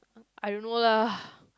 I don't know lah